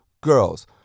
Girls